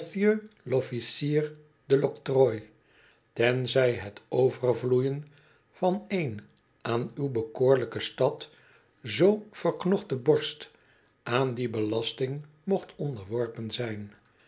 de octrooi tenzij het overvloeien van een aan uw bekoorlijke stad zoo verknochte borst aan die belasting mocht onderworpen zijn